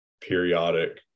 periodic